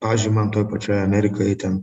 pavyzdžiui man toj pačioj amerikoj ten